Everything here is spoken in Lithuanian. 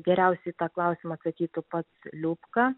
geriausiai į tą klausimą atsakytų pats liubka